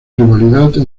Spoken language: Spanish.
rivalidad